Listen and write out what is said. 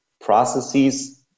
processes